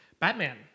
batman